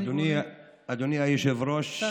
אדוני היושב-ראש,